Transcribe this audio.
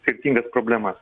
skirtingas problemas